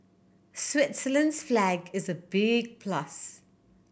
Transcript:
Switzerland's flag is a big plus